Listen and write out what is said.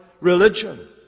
religion